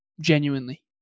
Genuinely